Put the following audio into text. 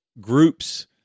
groups